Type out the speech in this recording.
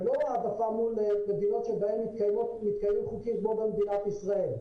ולא העדפה מול מדינות שבהן מתקיימים חוקים כמו במדינת ישראל.